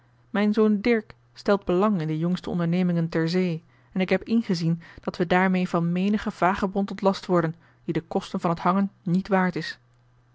mijn zoon dirk stelt belang in de jongste ondernemingen ter zee en ik heb ingezien dat we daarmeê van menigen vagebond ontlast worden die de kosten van t hangen niet waard is